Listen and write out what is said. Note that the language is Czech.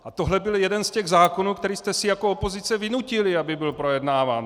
A tohle byl jeden z těch zákonů, který jste si jako opozice vynutili, aby byl projednáván.